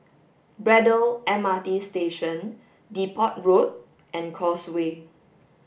Braddell M R T Station Depot Road and Causeway